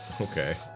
Okay